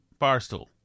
Barstool